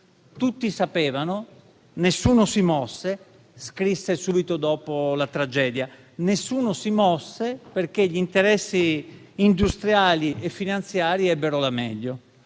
Tutti sapevano, nessuno si mosse: questo scrisse subito dopo la tragedia. Nessuno si mosse perché gli interessi industriali e finanziari ebbero la meglio.